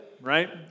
right